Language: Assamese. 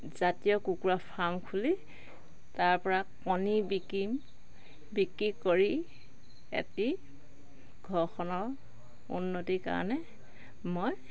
জাতীয় কুকুৰা ফাৰ্ম খুলি তাৰপৰা কনী বিকিম বিক্ৰী কৰি এটি ঘৰখনৰ উন্নতিৰ কাৰণে মই